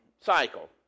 cycle